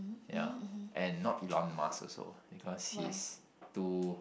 ya and not Elon-Musk because he's too